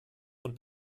von